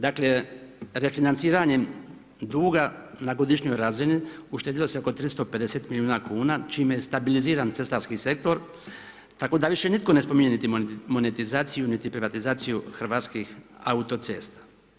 Dakle, refinanciranjem duga na godišnjoj razini uštedjelo se oko 350 milijuna kuna čime je stabiliziran cestarski sektor tako da više nitko ne spominje niti monetizaciju niti privatizaciju hrvatskih autocesta.